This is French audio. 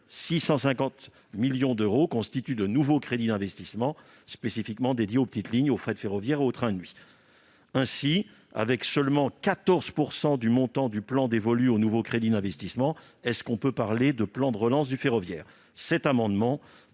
650 millions d'euros constituent de nouveaux crédits d'investissement spécifiquement dédiés aux petites lignes, au fret ferroviaire et aux trains de nuit. Avec seulement 14 % du montant du plan dévolu aux nouveaux crédits d'investissement, peut-on parler de plan de relance du ferroviaire ?